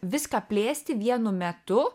viską plėsti vienu metu